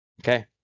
Okay